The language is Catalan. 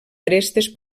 arestes